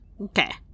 Okay